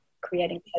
creating